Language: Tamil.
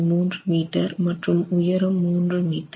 3 மீட்டர் மற்றும் உயரம் 3 மீட்டர்